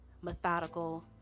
methodical